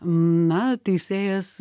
na teisėjas